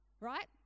right